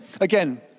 again